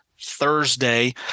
Thursday